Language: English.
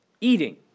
eating